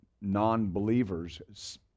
non-believers